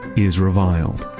is reviled.